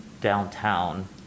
downtown